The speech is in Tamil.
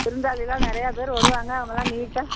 விருந்தாளிலாம் நிறையா பேர் வருவாங்க அவங்கள்லாம் நீட்டாக